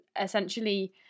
essentially